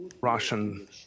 Russian